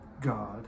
God